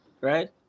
right